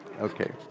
Okay